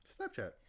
Snapchat